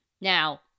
Now